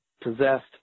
possessed